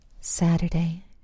Saturday